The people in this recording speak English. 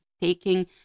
taking